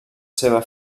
seva